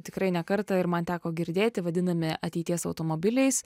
tikrai ne kartą ir man teko girdėti vadinami ateities automobiliais